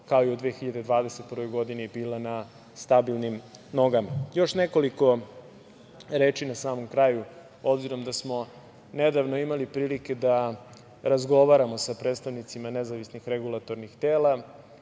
kao i u 2021. godini bila na stabilnim nogama. Još nekoliko reči na samom kraju obzirom da smo nedavno imali prilike da razgovaramo sa predstavnicima nezavisnih regulatornih tela